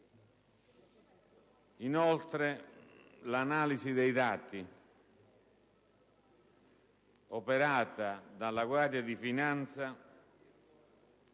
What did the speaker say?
Inoltre, l'analisi dei dati operata dalla Guardia di finanza